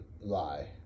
lie